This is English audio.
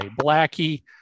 Blackie